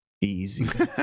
Easy